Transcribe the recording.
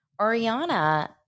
Ariana